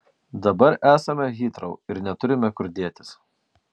dabar esame hitrou ir neturime kur dėtis